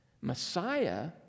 Messiah